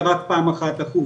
כמה משרות חדשות יהיו שם,